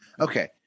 Okay